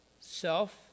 self